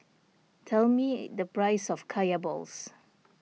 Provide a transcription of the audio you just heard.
tell me the price of Kaya Balls